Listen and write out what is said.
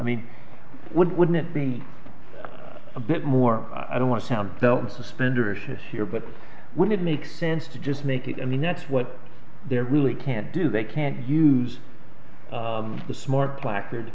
mean wouldn't it be a bit more i don't want to sound the suspender shifts here but would it make sense to just make it i mean that's what they're really can't do they can't use the smart placard